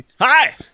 Hi